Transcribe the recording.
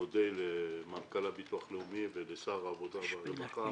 מודה למנכ"ל הביטוח הלאומי, ולשר העבודה והרווחה